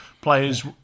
players